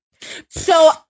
So-